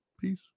peace